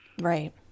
right